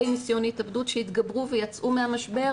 ניסיון התאבדות שהתגברו ויצאו מהמשבר,